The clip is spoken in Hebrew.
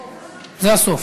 בסוף.